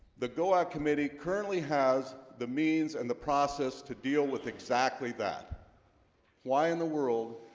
the go out committee currently has the means and the process to deal with exactly that why in the world?